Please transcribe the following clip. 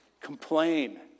complain